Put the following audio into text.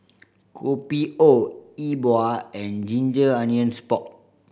Kopi O E Bua and ginger onions pork